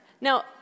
Now